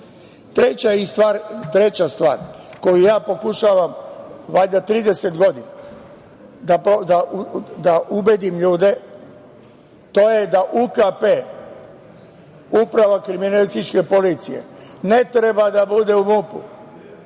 stvar koju ja pokušavam valjda 30 godina da ubedim ljude, to je da UKP-e, Uprava kriminalističke policije ne treba da bude u MUP-u,